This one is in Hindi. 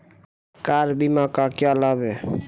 कार बीमा का क्या लाभ है?